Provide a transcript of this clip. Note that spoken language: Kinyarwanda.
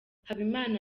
habimana